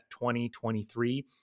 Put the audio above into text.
2023